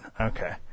Okay